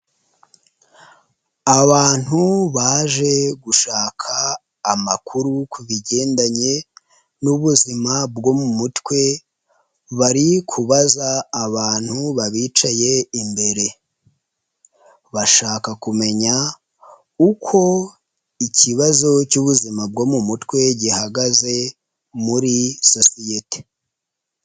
Abantu baje gushaka amakuru ku bigendanye n'ubuzima bwo mu mutwe, bari kubaza abantu babicaye imbere, bashaka kumenya uko ikibazo cy'ubuzima bwo mu mutwe gihagaze muri sosiyete.